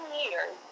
years